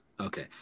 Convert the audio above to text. okay